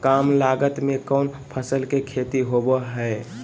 काम लागत में कौन फसल के खेती होबो हाय?